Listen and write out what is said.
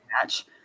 Match